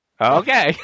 Okay